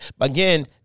Again